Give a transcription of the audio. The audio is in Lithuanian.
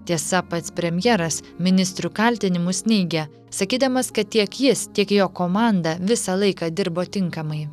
tiesa pats premjeras ministrių kaltinimus neigia sakydamas kad tiek jis tiek jo komanda visą laiką dirbo tinkamai